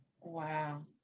Wow